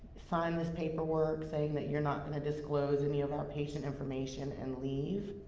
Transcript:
sign this paperwork saying that you're not gonna disclose any of our patient information and leave.